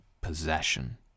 possession